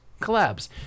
collabs